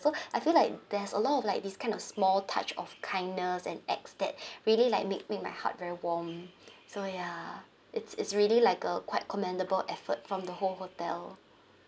so I feel like there's a lot like this kind of small touch of kindness and acts that really like make make my heart very warm so ya it's it's really like a quite commendable effort from the whole hotel